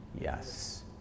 Yes